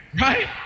right